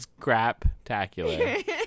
craptacular